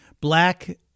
black